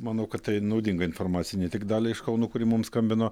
manau kad tai naudinga informacija ne tik daliai iš kauno kuri mums skambino